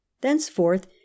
Thenceforth